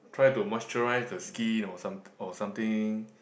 try to moisturize the skin or some or something